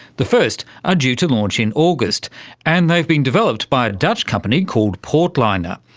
the first are due to launch in august and they've been developed by a dutch company called port-liner,